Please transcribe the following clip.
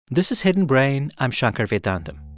this is hidden brain. i'm shankar vedantam.